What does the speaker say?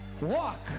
walk